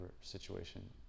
situation